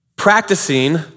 Practicing